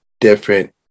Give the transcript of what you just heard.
different